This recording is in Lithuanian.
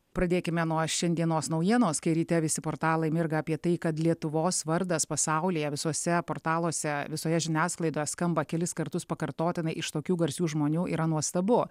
pradėkime nuo šiandienos naujienos kai ryte visi portalai mirga apie tai kad lietuvos vardas pasaulyje visuose portaluose visoje žiniasklaidoje skamba kelis kartus pakartotinai iš tokių garsių žmonių yra nuostabu